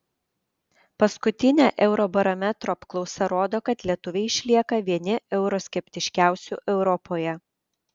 paskutinė eurobarometro apklausa rodo kad lietuviai išlieka vieni euroskeptiškiausių europoje